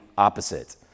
opposite